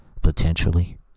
potentially